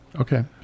Okay